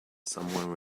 someone